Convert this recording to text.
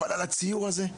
אבל על הציור הזה?